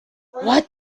what